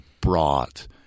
brought